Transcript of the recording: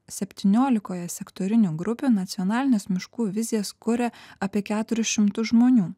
septyniolikoje sektorinių grupių nacionalines miškų vizijas kuria apie keturis šimtus žmonių